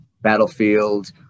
battlefield